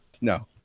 No